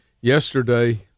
Yesterday